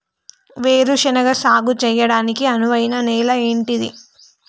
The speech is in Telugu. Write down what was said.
వేరు శనగ సాగు చేయడానికి అనువైన నేల ఏంటిది?